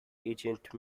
agent